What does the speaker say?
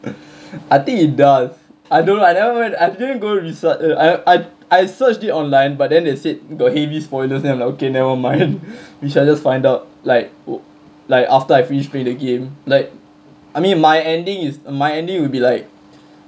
I think it does I don't know I never even I didn't go research I I searched it online but then they said got heavy spoilers then I'm like okay never mind we shall just find out like like after I finish playing the game like I mean my ending is my ending will be like